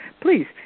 please